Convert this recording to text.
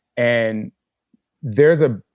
and there's a,